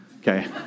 Okay